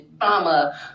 trauma